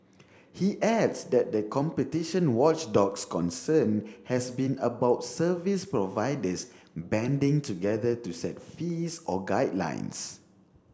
he adds that the competition watchdog's concern has been about service providers banding together to set fees or guidelines